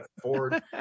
Ford